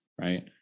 right